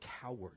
coward